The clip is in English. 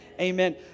Amen